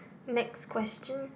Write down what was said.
next question